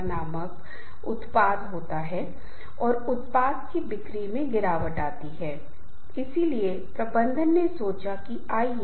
यह संगठनात्मक चार्ट द्वारा निर्दिष्ट किए जाते हैं और अक्सर पर्यवेक्षक और अधीनस्थों से मिलकर होते हैं जो उस पर्यवेक्षक को रिपोर्ट करते हैं